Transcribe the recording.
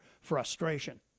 frustration